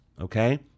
okay